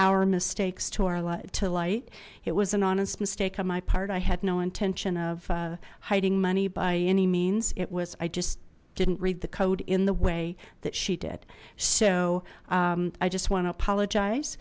our mistakes to our light to light it was an honest mistake on my part i had no intention of hiding money by any means it was i just didn't read the code in the way that she did so i just want to apologize